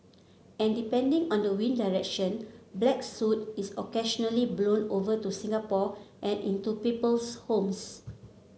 and depending on the wind direction black soot is occasionally blown over to Singapore and into people's homes